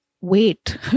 wait